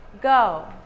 Go